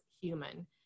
human